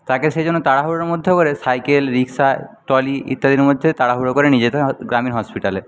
তাকে সেইজন্য তাড়াহুড়োর মধ্যে করে সাইকেল রিক্সা ট্রলি ইত্যাদির মধ্যে তাড়াহুড়ো করে নিয়ে যেতে হয় গ্রামীণ হসপিটালে